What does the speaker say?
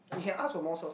you can ask for more sauce